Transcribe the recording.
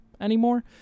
anymore